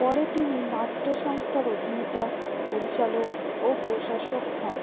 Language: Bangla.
পরে তিনি নাট্য সংস্থার অভিনেতা পরিচালক ও প্রশাসক হন